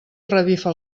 revifa